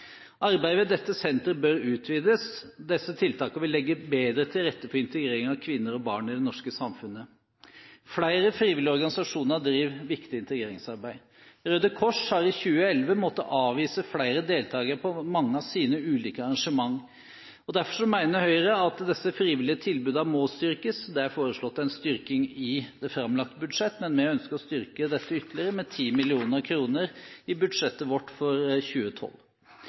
Arbeidet ved dette senteret bør utvides. Disse tiltakene vil legge bedre til rette for integrering av kvinner og barn i det norske samfunnet. Flere frivillige organisasjoner driver viktig integreringsarbeid. Røde Kors har i 2011 måttet avvise flere deltakere på mange av sine ulike arrangementer. Derfor mener Høyre at disse frivillige tilbudene må styrkes. Det er foreslått en styrking i det framlagte budsjett, men vi ønsker å styrke dette ytterligere med 10 mill. kr i budsjettet vårt for 2012.